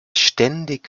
ständig